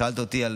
שאלת אותי על